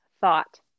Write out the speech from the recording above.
thought